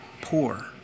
poor